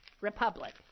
republic